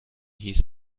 hieß